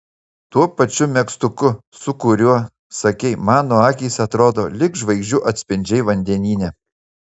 tuo pačiu megztuku su kuriuo sakei mano akys atrodo lyg žvaigždžių atspindžiai vandenyne